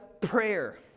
prayer